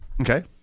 Okay